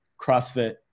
CrossFit